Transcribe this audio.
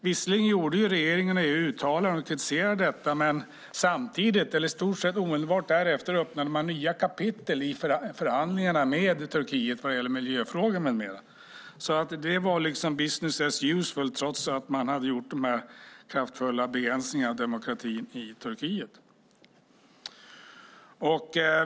Visserligen gjorde regeringen och EU uttalanden och kritiserade detta, men samtidigt eller i stort sett omedelbart därefter öppnade man nya kapitel i förhandlingarna med Turkiet vad gäller miljöfrågor med mera. Det var liksom business as usual trots att man hade gjort de här kraftfulla begränsningarna av demokratin i Turkiet.